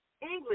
English